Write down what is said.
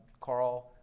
carl,